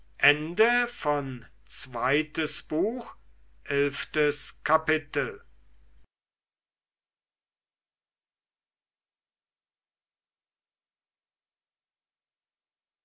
zweites buch erstes kapitel